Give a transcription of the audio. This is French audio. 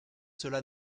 cela